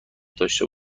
داشته